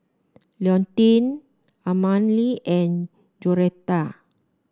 Leontine Amalie and Joretta